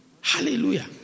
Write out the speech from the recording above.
Hallelujah